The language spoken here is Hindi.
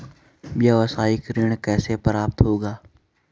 व्यावसायिक ऋण कैसे प्राप्त होगा?